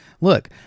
look